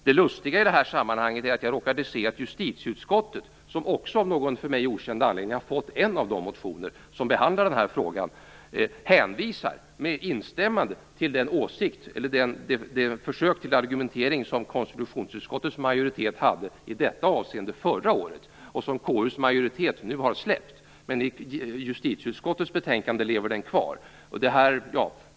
Det lustiga i det här sammanhanget är att jag råkade se att justitieutskottet - som också av någon för mig okänd anledning har fått en av de motioner som behandlar den här frågan - med instämmande hänvisar till det försök till argumentering som konstitutionsutskottets majoritet lade fram förra året, och som KU:s majoritet nu har släppt. Men i justitieutskottets betänkande lever det kvar.